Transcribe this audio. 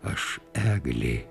aš eglė